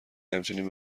همچنین